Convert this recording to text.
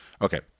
Okay